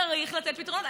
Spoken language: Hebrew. צריך לתת פתרונות.